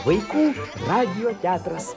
vaikų radijo teatras